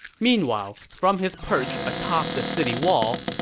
meanwhile, from his perch atop the city wall,